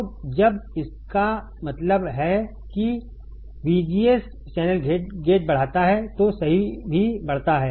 तो जब इसका मतलब है कि VGS चैनल गेट बढ़ाता है तो सही भी बढ़ता है